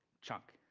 chunk,